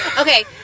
Okay